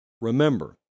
Remember